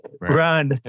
run